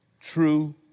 true